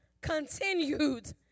continued